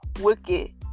wicked